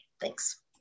Thanks